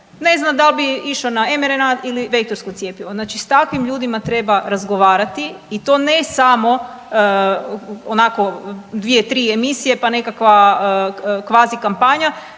Ne zna da l' bi išao na mRNA ili vektorsko cjepivo, znači s takvim ljudima treba razgovarati i to ne samo onako, 2, 3 emisije pa nekakva kvazikampanja